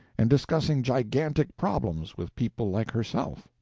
and discussing gigantic problems with people like herself.